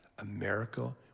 America